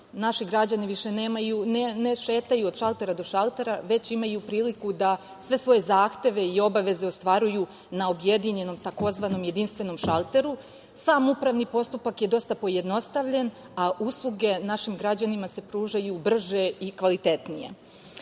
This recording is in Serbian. naši građani više ne šetaju od šaltera do šaltera, već imaju priliku da sve svoje zahteve i obaveze ostvaruju na objedinjenom, tzv. jedinstvenom šalteru, sam upravni postupak je dosta pojednostavljen, a usluge našim građanima se pružaju brže i kvalitetnije. Ono